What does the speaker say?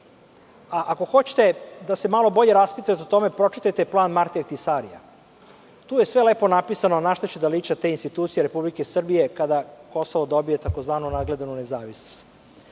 hoćete da se malo bolje raspitate o tome, pročitajte plan Marti Ahtisarija. Tu je sve lepo napisano na šta će da liče te institucije Republike Srbije, kada Kosovo dobije takozvanu nadgledanu nezavisnost. Prema